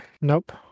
Nope